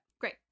Great